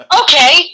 okay